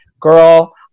girl